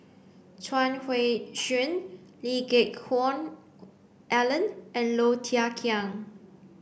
Chuang Hui Tsuan Lee Geck Hoon Ellen and Low Thia Khiang